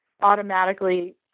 automatically